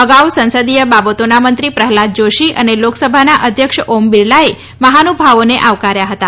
અગાઉ સંસદીય બાબતોના મંત્રી પ્રહલાદ જોષી અને લોકસભાના અધ્યક્ષ ઓમ બિરલાએ મહાનુભાવોને આવકાર્યા હતા